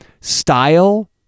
Style